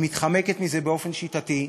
היא מתחמקת מזה באופן שיטתי.